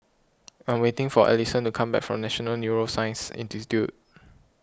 I am waiting for Alyson to come back from National Neuroscience Institute